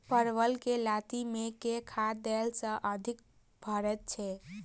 परवल केँ लाती मे केँ खाद्य देला सँ अधिक फरैत छै?